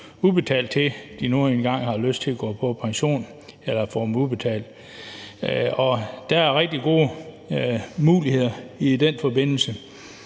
udbetalt, til de nu engang har lyst til at gå på pension, eller få dem udbetalt. Der er rigtig gode muligheder i den forbindelse.